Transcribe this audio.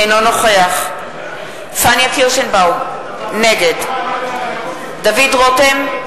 אינו נוכח פניה קירשנבאום, נגד דוד רותם,